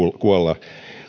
kuolla